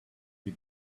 you